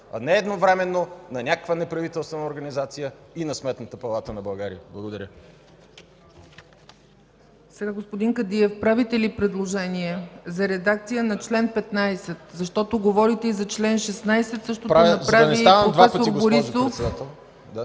а не едновременно на някаква неправителствена организация и на Сметната палата на България. Благодаря. ПРЕДСЕДАТЕЛ ЦЕЦКА ЦАЧЕВА: Господин Кадиев, правите ли предложение за редакция на чл. 15, защото говорите и за чл. 16? Същото направи и проф. Борисов.